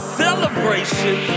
celebration